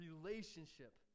relationship